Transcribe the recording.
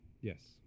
Yes